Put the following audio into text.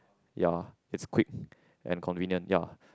ya is quick and convenient ya